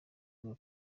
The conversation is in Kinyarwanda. bwa